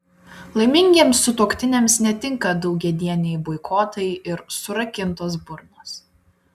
laimingiems sutuoktiniams netinka daugiadieniai boikotai ir surakintos burnos